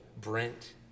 Brent